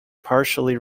partially